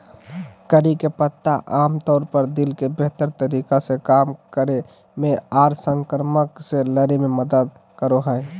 करी के पत्ता आमतौर पर दिल के बेहतर तरीका से काम करे मे आर संक्रमण से लड़े मे मदद करो हय